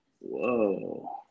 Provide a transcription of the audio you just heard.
Whoa